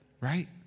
Right